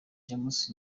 james